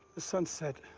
the sunset.